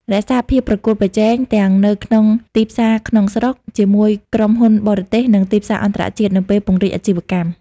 រក្សាភាពប្រកួតប្រជែង ទាំងនៅក្នុងទីផ្សារក្នុងស្រុក ជាមួយក្រុមហ៊ុនបរទេស និងទីផ្សារអន្តរជាតិ នៅពេលពង្រីកអាជីវកម្ម។